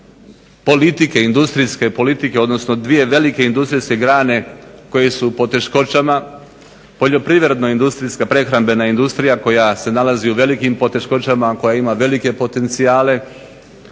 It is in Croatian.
politike industrijske politike odnosno dvije velike industrijske grane koje su u poteškoćama poljoprivredno-industrijska, prehrambena industrija koja se nalazi u velikim poteškoćama, koja ima velike potencijale,